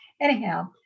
anyhow